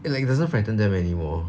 it like doesn't frighten them anymore